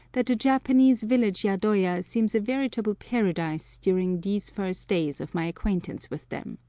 that the japanese village yadoya seems a veritable paradise during these first days of my acquaintance with them.